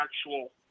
actual